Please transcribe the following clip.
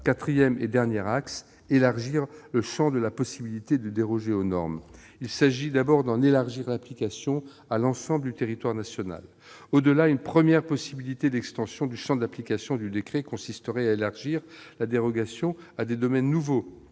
quatrième et dernier axe, nous proposons d'élargir le champ de la possibilité de déroger aux normes. Il s'agit, d'abord, de l'ouvrir à l'ensemble du territoire national. Au-delà, une première faculté d'extension du champ d'application du décret consisterait à élargir la dérogation à des domaines nouveaux.